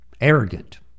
arrogant